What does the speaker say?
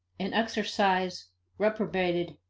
an exercise reprobated